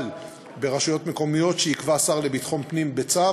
ברשויות מקומיות שיקבע השר לביטחון הפנים בצו,